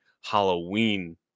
halloween